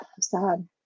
sad